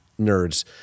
nerds